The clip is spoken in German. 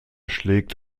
schlägt